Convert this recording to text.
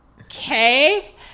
okay